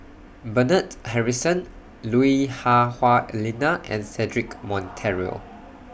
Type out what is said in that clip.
Bernard Harrison Lui Hah Wah Elena and Cedric Monteiro